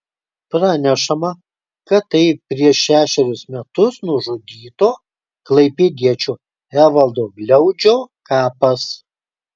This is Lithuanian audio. pranešama kad tai prieš šešerius metus nužudyto klaipėdiečio evaldo gliaudžio kapas